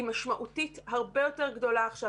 היא משמעותית הרבה יותר גדולה עכשיו.